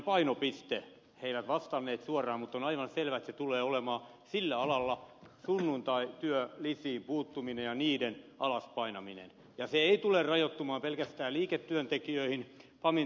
he eivät vastanneet suoraan mutta on aivan selvää että se tulee olemaan sillä alalla sunnuntaityölisiin puuttuminen ja niiden alas painaminen ja se ei tule rajoittumaan pelkästään liiketyöntekijöihin pamin työntekijöihin